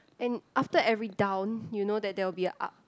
and after every down you know that there will be a up